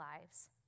lives